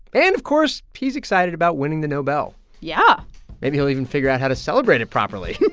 and of course, he's excited about winning the nobel yeah maybe he'll even figure out how to celebrate it properly